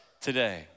today